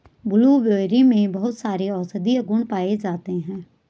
blueberry में बहुत सारे औषधीय गुण पाये जाते हैं